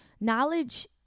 knowledge